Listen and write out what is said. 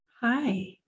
Hi